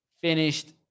finished